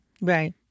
Right